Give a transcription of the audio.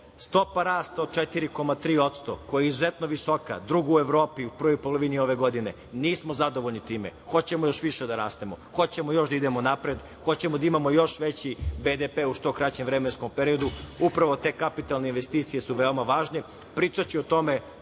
stopa rasta od 4,3%, koja je izuzetno visoka, druga u Evropi u prvoj polovini ove godine. Nismo zadovoljni time, hoćemo još više da rastemo. Hoćemo još da idemo napred. Hoćemo da imamo još veći BDP u što kraćem vremenskom periodu. Upravo te kapitalne investicije su veoma važne. Pričaću o tome